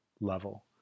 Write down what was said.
level